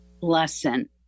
lesson